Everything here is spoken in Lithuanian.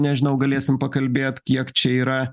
nežinau galėsim pakalbėt kiek čia yra